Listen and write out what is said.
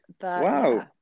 wow